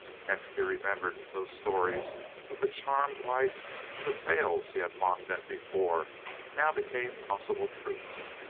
next he remembered those stories of the charmed life and the tales he had mocked at before now became possible truths.